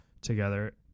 together